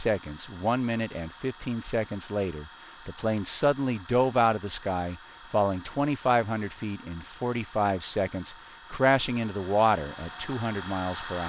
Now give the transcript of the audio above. seconds one minute and fifteen seconds later the plane suddenly dove out of the sky falling twenty five hundred feet in forty five seconds crashing into the water two hundred miles or